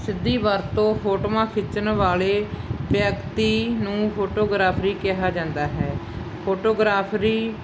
ਸਿੱਧੀ ਵਰਤੋਂ ਫੋਟੋਆਂ ਖਿੱਚਣ ਵਾਲੇ ਵਿਅਕਤੀ ਨੂੰ ਫੋਟੋਗ੍ਰਾਫਰ ਕਿਹਾ ਜਾਂਦਾ ਹੈ ਫੋਟੋਗ੍ਰਾਫਰ